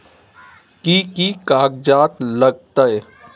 कि कि कागजात लागतै?